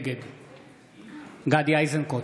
נגד גדי איזנקוט,